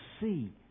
see